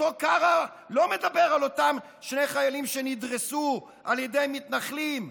אותו קארה לא מדבר על אותם שני חיילים שנדרסו על ידי מתנחלים,